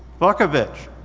vuckovic,